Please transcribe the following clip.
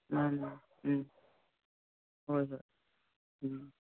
ꯃꯥꯅꯤ ꯃꯥꯅꯤ ꯎꯝ ꯍꯣꯏ ꯍꯣꯏ ꯎꯝ